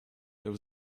there